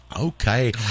Okay